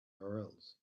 urls